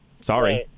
Sorry